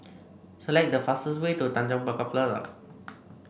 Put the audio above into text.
select the fastest way to Tanjong Pagar Plaza